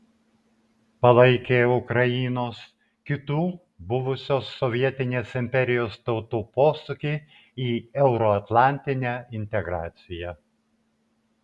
palaikė ukrainos kitų buvusios sovietinės imperijos tautų posūkį į euroatlantinę integraciją